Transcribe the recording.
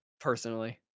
Personally